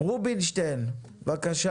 בשם דפוס בארי.